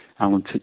Alan